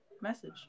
message